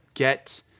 Get